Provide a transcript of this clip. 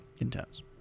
intense